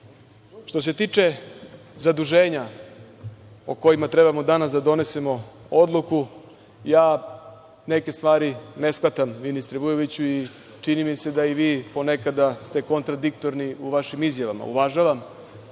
se tiče zaduženja o kojima treba danas da donesemo odluku, ja neke stvari ne shvatam, ministru Vujoviću, i čini mi se da i vi ponekada ste kontradiktorni u vašim izjavama. Uvažavam